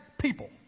people